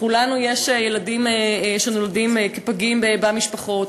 לכולנו יש ילדים שנולדו כפגים, במשפחות.